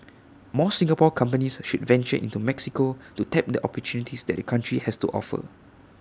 more Singapore companies should venture into Mexico to tap the opportunities that the country has to offer